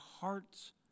hearts